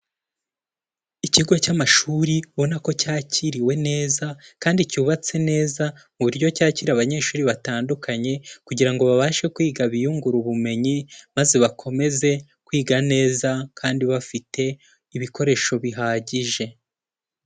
Ikigo cy'amashuri ubona ko cyakiriwe neza kandi cyubatse neza, mu buryo cyakira abanyeshuri batandukanye kugira ngo babashe kwiga biyungura ubumenyi, maze bakomeze kwiga neza kandi bafite ibikoresho bihagije.